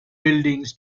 buildings